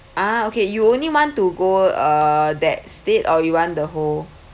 ah okay you only want to go uh that state or you want the whole